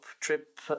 trip